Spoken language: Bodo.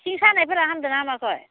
सिं सानायफोरा हामदोंना हामाखै